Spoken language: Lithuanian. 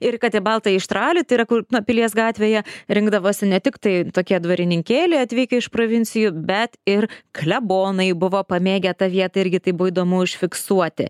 ir kad į baltąjį štralį tai yra kur na pilies gatvėje rinkdavosi ne tik tai tokie dvarininkėliai atvykę iš provincijų bet ir klebonai buvo pamėgę tą vietą irgi tai buvo įdomu užfiksuoti